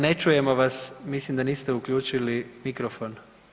Ne čujemo vas, mislim da niste uključili mikrofon.